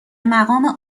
مقام